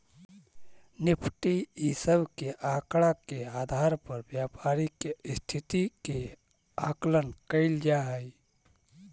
Nifty इ सब के आकड़ा के आधार पर व्यापारी के स्थिति के आकलन कैइल जा हई